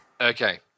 Okay